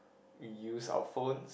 we use our phone